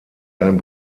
einen